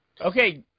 Okay